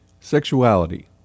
Sexuality